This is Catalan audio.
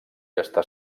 està